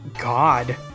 God